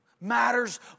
matters